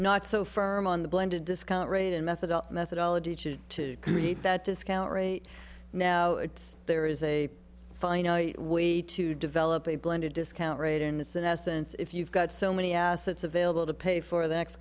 not so firm on the blended discount rate and method of methodology to create that discount rate now it's there is a fine way to develop a blended discount rate and it's in essence if you've got so many assets available to pay for the next